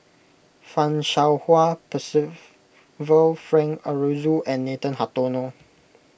Fan Shao Hua Percival Frank Aroozoo and Nathan Hartono